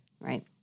Right